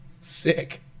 sick